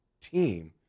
team